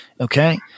Okay